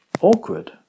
awkward